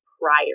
prior